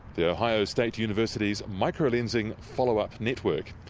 the ohio state university's microlensing follow up network.